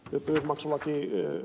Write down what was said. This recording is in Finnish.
tytöt maksavat viljelijöille